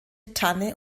tanne